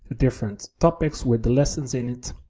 different topics with the lessons in it.